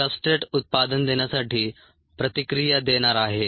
substrate उत्पादन देण्यासाठी प्रतिक्रिया देणार आहे